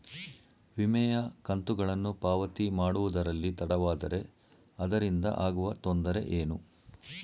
ವಿಮೆಯ ಕಂತುಗಳನ್ನು ಪಾವತಿ ಮಾಡುವುದರಲ್ಲಿ ತಡವಾದರೆ ಅದರಿಂದ ಆಗುವ ತೊಂದರೆ ಏನು?